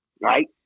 right